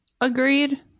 Agreed